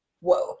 whoa